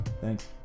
Thanks